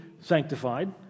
sanctified